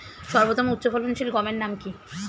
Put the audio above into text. সর্বতম উচ্চ ফলনশীল গমের নাম কি?